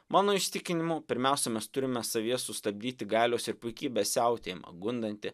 mano įsitikinimu pirmiausia mes turime savyje sustabdyti galios ir puikybės siautėjimą gundantį